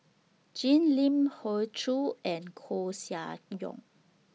Jim Lim Hoey Choo and Koeh Sia Yong